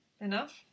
enough